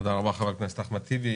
תודה רבה, חבר הכנסת אחמד טיבי.